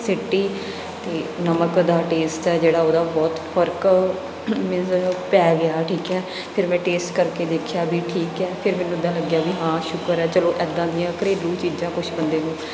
ਸਿੱਟੀ ਅਤੇ ਨਮਕ ਦਾ ਟੇਸਟ ਆ ਜਿਹੜਾ ਉਹਦਾ ਬਹੁਤ ਫਰਕ ਮੀਨਜ਼ ਉਹ ਪੈ ਗਿਆ ਠੀਕ ਹੈ ਫਿਰ ਮੈਂ ਟੇਸਟ ਕਰਕੇ ਵੇਖਿਆ ਵੀ ਠੀਕ ਹੈ ਫਿਰ ਮੈਨੂੰ ਪਤਾ ਲੱਗਿਆ ਵੀ ਹਾਂ ਸ਼ੁਕਰ ਹੈ ਚਲੋ ਇੱਦਾਂ ਦੀਆਂ ਘਰੇਲੂ ਚੀਜ਼ਾਂ ਕੁਛ ਬੰਦੇ ਨੂੰ